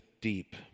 deep